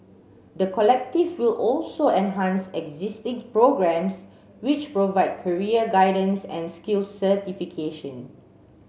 the collective will also enhance existing programmes which provide career guidance and skills certification